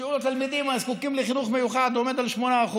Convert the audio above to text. שיעור התלמידים הזקוקים לחינוך מיוחד עומד על 8%,